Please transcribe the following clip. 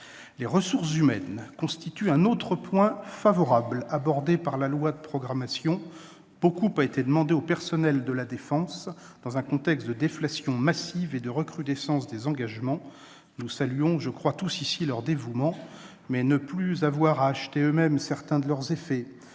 Les ressources humaines constituent un autre point favorable abordé par la loi de programmation. Beaucoup a été demandé aux personnels de la défense, dans un contexte de déflations massives et de recrudescence des engagements. Nous saluons tous ici leur dévouement. Ne plus avoir à acheter eux-mêmes certains de leurs effets,